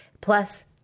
plus